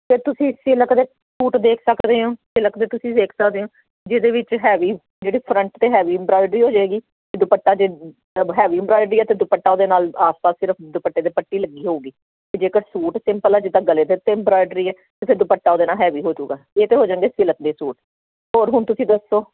ਫਿਰ ਤੁਸੀਂ ਸਿਲਕ ਦੇ ਸੂਟ ਦੇਖ ਸਕਦੇ ਹੋ ਸਿਲਕ ਦੇ ਤੁਸੀਂ ਵੇਖ ਸਕਦੇ ਹੋ ਜਿਹਦੇ ਵਿੱਚ ਹੈਵੀ ਜਿਹੜੀ ਫਰੰਟ 'ਤੇ ਹੈਵੀ ਅਬੋਰਾਈਡਰੀ ਹੋ ਜਾਏਗੀ ਅਤੇ ਦੁਪੱਟਾ ਜੇ ਹੈਵੀ ਅਬੋਰਾਈਡਰੀ ਅਤੇ ਦੁਪੱਟਾ ਉਹਦੇ ਨਾਲ ਆਸ ਪਾਸ ਸਿਰਫ ਦੁਪੱਟੇ ਦੇ ਪੱਟੀ ਲੱਗੀ ਹੋਵੇਗੀ ਜੇਕਰ ਸੂਟ ਸਿੰਪਲ ਆ ਜੇ ਤਾਂ ਗਲੇ ਦੇ ਉੱਤੇ ਅਬੋਰਾਈਡਰੀ ਹੈ ਤਾਂ ਫਿਰ ਦੁਪੱਟਾ ਉਹਦੇ ਨਾਲ ਹੈਵੀ ਹੋਜੂਗਾ ਇਹ ਅਤੇ ਹੋ ਜਾਂਦੇ ਸਿਲਕ ਦੇ ਸੂਟ ਹੋਰ ਹੁਣ ਤੁਸੀਂ ਦੱਸੋ